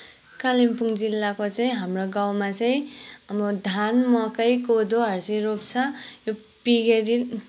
कालिम्पोङ जिल्लाको चाहिँ हाम्रो गाउँमा चाहिँ अब धान मकै कोदोहरू चाहिँ रोप्छ पिगेरी